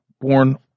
born